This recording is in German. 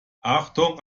achtung